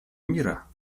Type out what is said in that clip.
мира